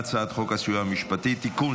הצעת חוק הסיוע המשפטי (תיקון,